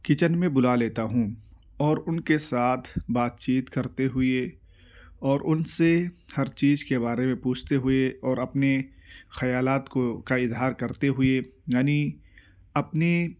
kitchen میں بلا لیتا ہوں اور ان کے ساتھ بات چیت کرتے ہوئے اور ان سے ہر چیز کے بارے میں پوچھتے ہوئے اور اپنے خیالات کو کا اظہار کرتے ہوئے یعنی اپنی